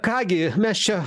ką gi mes čia